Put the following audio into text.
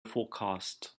forecast